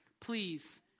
please